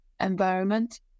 environment